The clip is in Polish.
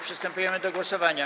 Przystępujemy do głosowania.